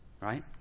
Right